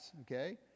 Okay